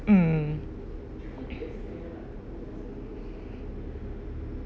mm